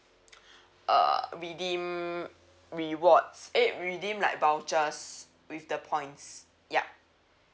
uh redeem rewards eh redeem like vouchers with the points ya